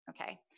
Okay